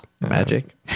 Magic